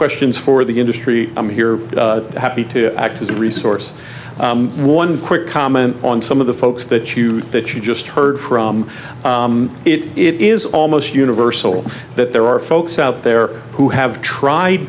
questions for the industry i'm here happy to act as a resource one quick comment on some of the folks that you that you just heard from it is almost universal that there are folks out there who have tried